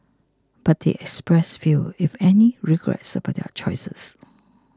but they expressed few if any regrets about their choices